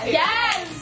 yes